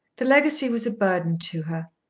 the legacy was a burden to her.